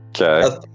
Okay